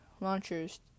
launchers